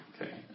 Okay